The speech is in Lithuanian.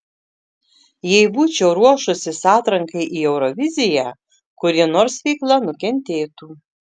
jei būčiau ruošusis atrankai į euroviziją kuri nors veikla nukentėtų